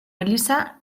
eliza